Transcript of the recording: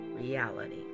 reality